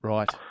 Right